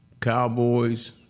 Cowboys –